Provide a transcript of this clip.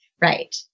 Right